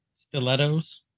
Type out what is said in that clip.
Stilettos